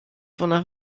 wonach